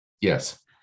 Yes